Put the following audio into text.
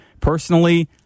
Personally